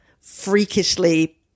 freakishly –